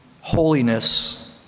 holiness